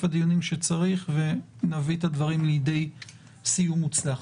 הדיונים שצריך ונביא את הדברים לידי סיום מוצלח.